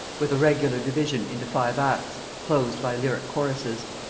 with a regular division into five acts, closed by lyric choruses.